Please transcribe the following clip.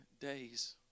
days